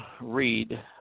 read